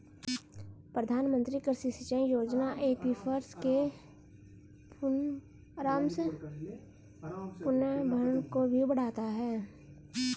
प्रधानमंत्री कृषि सिंचाई योजना एक्वीफर्स के पुनर्भरण को भी बढ़ाता है